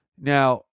now